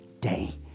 day